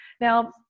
Now